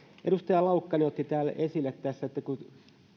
edustaja laukkanen otti esille tässä että kun